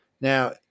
Now